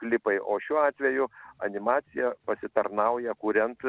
klipai o šiuo atveju animacija pasitarnauja kuriant